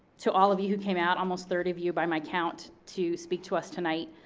to all of you who came out, almost thirty of you by my count, to speak to us tonight,